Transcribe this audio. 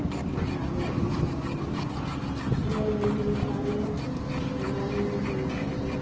बहुत नीक लागैए गीत गाबैमे सुनैमे भी नीक लागैए गाबैमे भी नीक लागैए